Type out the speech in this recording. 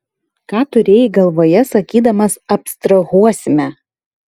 ką turėjai galvoje sakydamas abstrahuosime